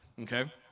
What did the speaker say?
Okay